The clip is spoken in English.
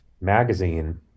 magazine